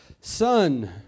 Son